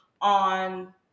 on